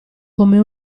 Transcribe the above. come